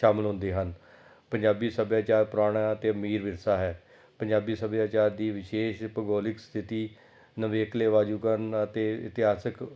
ਸ਼ਾਮਿਲ ਹੁੰਦੇ ਹਨ ਪੰਜਾਬੀ ਸੱਭਿਆਚਾਰ ਪੁਰਾਣਾ ਅਤੇ ਅਮੀਰ ਵਿਰਸਾ ਹੈ ਪੰਜਾਬੀ ਸੱਭਿਆਚਾਰ ਦੀ ਵਿਸ਼ੇਸ਼ ਭੂਗੋਲਿਕ ਸਥਿਤੀ ਨਵੇਕਲੇ ਵਾਯੂਕਰਣ ਅਤੇ ਇਤਿਹਾਸਿਕ